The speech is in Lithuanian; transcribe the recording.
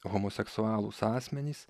homoseksualūs asmenys